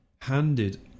handed